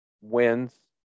wins